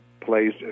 plays